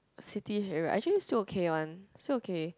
city area actually still okay one still okay